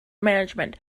management